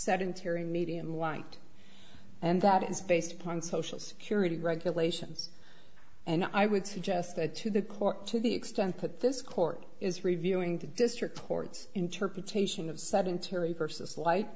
sedentary median light and that is based upon social security regulations and i would suggest that to the court to the extent that this court is reviewing the district court's interpretation of sedentary versus light